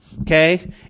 okay